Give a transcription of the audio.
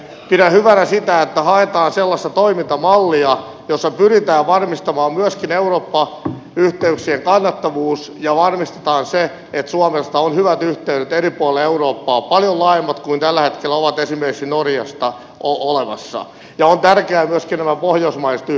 pidän hyvänä sitä että haetaan sellaista toimintamallia jossa pyritään varmistamaan myöskin eurooppa yhteyksien kannattavuus ja varmistetaan se että suomesta on hyvät yhteydet eri puolille eurooppaa paljon laajemmat kuin tällä hetkellä ovat esimerkiksi norjasta olemassa ja tärkeät ovat myöskin nämä pohjoismaiset yhteydet